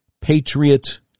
Patriot